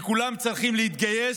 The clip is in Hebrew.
וכולם צריכים להתגייס,